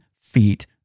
feet